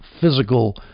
physical